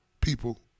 people